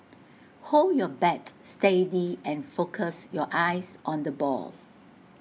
hold your bat steady and focus your eyes on the ball